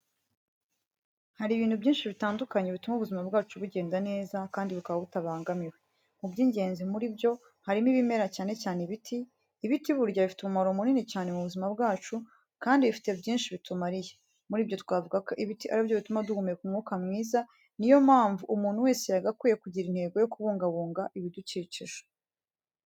Hari ibintu byinshi bitandukanye bituma ubuzima bwacu bugenda neza kandi bukaba butabangamiwe. Mu by'ingenzi muri byo harimo ibimera cyane cyane ibiti. Ibiti burya bifite umumaro munini cyane mu buzima bwacu kandi bifite byinshi bitumariye. Muri byo twavuga ko ibiti aribyo bituma duhumeka umwuka mwiza niyo mpamvu umuntu wese yagakwiye kugira intego yo kubungabunga ibidukikije.